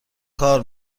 کار